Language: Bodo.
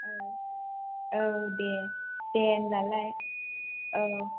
औ औ दे दे होमब्लालाय औ